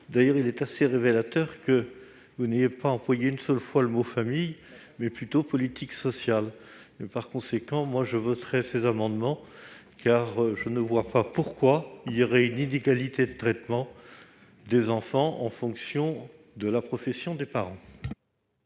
D'ailleurs, il est assez révélateur que vous n'ayez pas employé une seule fois le mot « famille »; vous vous référez plutôt à la politique sociale ... Par conséquent, je voterai ces amendements, car je ne vois pas pourquoi il y aurait une inégalité de traitement des enfants en fonction de la profession des parents.